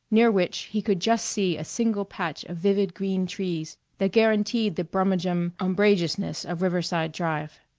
near which he could just see a single patch of vivid green trees that guaranteed the brummagem umbrageousness of riverside drive.